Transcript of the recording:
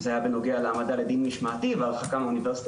זה היה בנוגע להעמדה לדין משמעתי והרחקה מאוניברסיטה